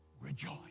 rejoice